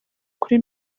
kuri